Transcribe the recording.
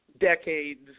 decades